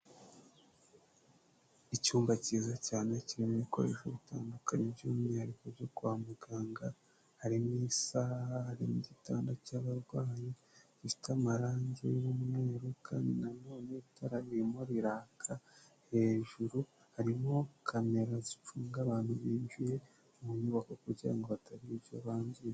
Icyumba kiza cyane kirimo ibikoresho bitandukanye by'umwihariko byo kwa muganga, harimo isaaha, harimo igitanda cy'abarwayi gifite amarangi y'umweru kandi nanone itara ririmo riraka, hejuru harimo kamera zicunga abantu binjiye mu nyubako kugira ngo hatagira icyo bangiza.